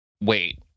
Wait